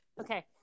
Okay